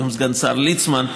היום סגן השר ליצמן,